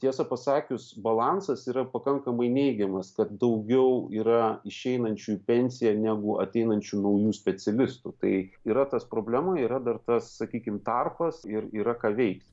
tiesą pasakius balansas yra pakankamai neigiamas kad daugiau yra išeinančių į pensiją negu ateinančių naujų specialistų tai yra tas problemų yra dar tas sakykim tarpas ir yra ką veikt